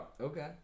Okay